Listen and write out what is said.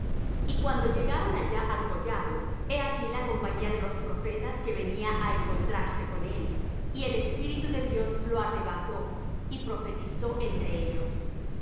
y cuando llegaron allá al collado he aquí la compañía de los profetas que venía á encontrarse con él y el espíritu de dios lo arrebató y profetizó entre ellos